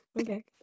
Okay